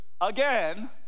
again